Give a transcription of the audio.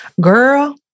Girl